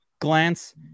glance